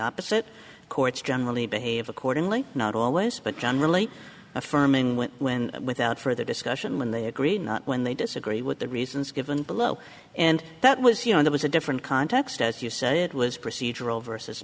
opposite courts generally behave accordingly not always but generally affirming when when without further discussion when they agree not when they disagree with the reasons given below and that was you know there was a different context as you say it was procedural versus